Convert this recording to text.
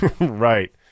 Right